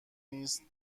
نیست